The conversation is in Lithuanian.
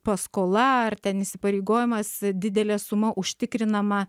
paskola ar ten įsipareigojimas didelė suma užtikrinama